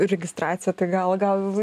registraciją tai gal gal